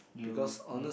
you mm